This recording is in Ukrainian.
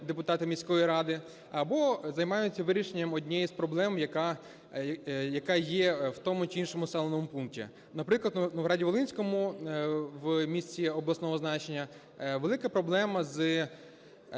депутата міської ради або займаються вирішенням однієї з проблем, яка є в тому чи іншому населеному пункті. Наприклад, в Новоград-Волинському, в місті обласного значення, велика проблема з